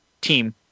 Team